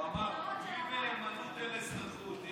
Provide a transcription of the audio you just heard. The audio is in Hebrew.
הוא אמר "בלי נאמנות אין אזרחות".